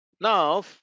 Now